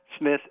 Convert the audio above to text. Smith